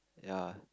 ya